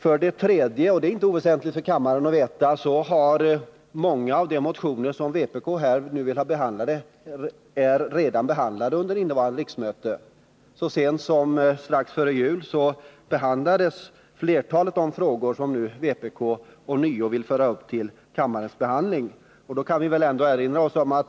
För det tredje — och det är inte oväsentligt för kammaren att veta det — har många av de motioner som vpk vill ha behandlade redan behandlats under innevarande riksmöte. Så sent som strax före jul behandlades flertalet av de frågor som vpk nu ånyo har tagit upp.